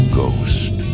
ghost